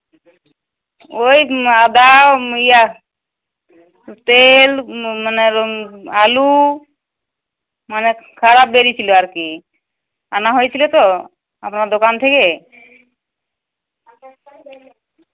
ওই আদা ইয়া তেল মু মানের আলু মানে খারাপ বেরিয়েছিলো আর কি আনা হয়েছিলো তো আপনার দোকান থেকে